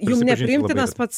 jum nepriimtinas pats